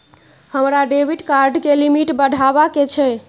हमरा debit card के limit बढावा के छै